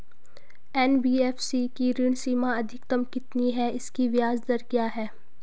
NBFC की ऋण सीमा अधिकतम कितनी है इसकी ब्याज दर क्या है?